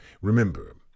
Remember